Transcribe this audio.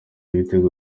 ibitego